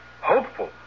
Hopeful